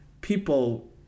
people